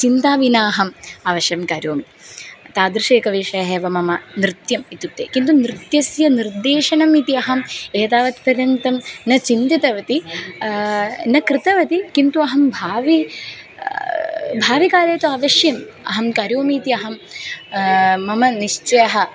चिन्तां विना अहम् अवश्यं करोमि तादृशः एकः विषयः एव मम नृत्यम् इत्युक्ते किन्तु नृत्यस्य निर्देशनम् इति अहम् एतावत् पर्यन्तं न चिन्तितवती न कृतवती किन्तु अहं भावि भाविकाले तु अवश्यम् अहं करोमि इति अहं मम निश्चयः